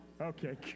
Okay